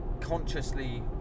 consciously